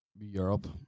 Europe